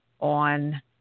on